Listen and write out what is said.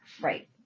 right